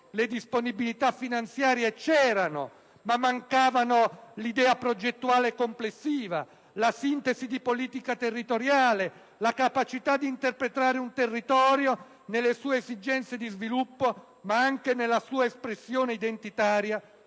le disponibilità finanziarie c'erano, ma mancavano l'idea progettuale complessiva, la sintesi di politica territoriale, la capacità di interpretare un territorio nelle sue esigenze di sviluppo, ma anche nella sua espressione identitaria